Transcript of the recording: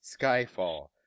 Skyfall